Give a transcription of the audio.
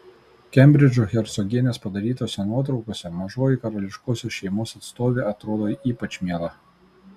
kembridžo hercogienės padarytose nuotraukose mažoji karališkosios šeimos atstovė atrodo ypač miela